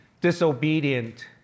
disobedient